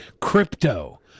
crypto